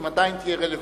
אם עדיין תהיה רלוונטית.